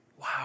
wow